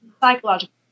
psychological